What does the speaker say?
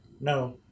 No